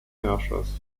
herrschers